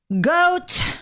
Goat